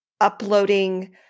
uploading